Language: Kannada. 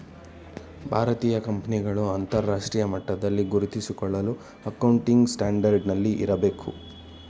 ಭಾರತೀಯ ಕಂಪನಿಗಳು ಅಂತರರಾಷ್ಟ್ರೀಯ ಮಟ್ಟದಲ್ಲಿ ಗುರುತಿಸಿಕೊಳ್ಳಲು ಅಕೌಂಟಿಂಗ್ ಸ್ಟ್ಯಾಂಡರ್ಡ್ ನಲ್ಲಿ ಇರಬೇಕು